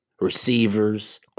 receivers